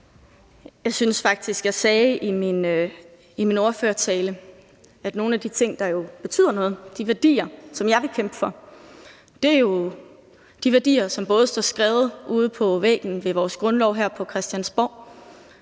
Jeg synes faktisk, jeg sagde i min ordførertale, at nogle af de ting, der jo betyder noget, de værdier, som jeg vil kæmpe for, er de værdier, som også står skrevet derude på væggen ved vores grundlov her på Christiansborg.